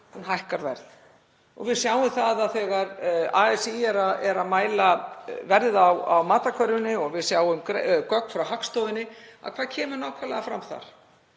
hækkar verð. Við sjáum það þegar ASÍ er að mæla verðið á matarkörfunni og þegar við sjáum gögn frá Hagstofunni. Hvað kemur nákvæmlega fram þar?